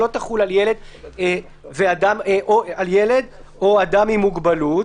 לא תחול על ילד או אדם עם מוגבלות,